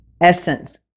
essence